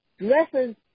dresses